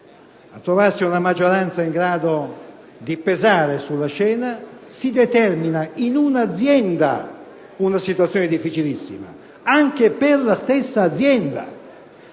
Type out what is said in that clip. ritrovarsi una maggioranza in grado di pesare sulla scena, si determina in un'azienda una situazione difficilissima, anche per la stessa azienda.